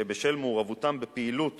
שבשל מעורבותם בפעילות